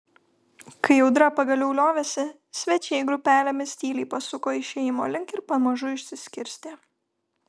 kai audra pagaliau liovėsi svečiai grupelėmis tyliai pasuko išėjimo link ir pamažu išsiskirstė